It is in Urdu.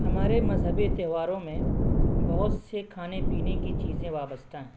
ہمارے مذہبی تہواروں میں بہت سے کھانے پینے کی چیزیں وابستہ ہیں